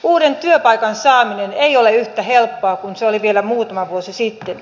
uuden työpaikan saaminen ei ole yhtä helppoa kuin se oli vielä muutama vuosi sitten